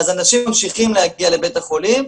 -- אז אנשים ממשיכים להגיע לבתי החולים,